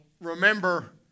remember